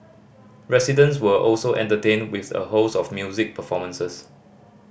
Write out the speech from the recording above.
residents were also entertained with a host of music performances